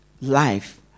life